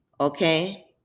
okay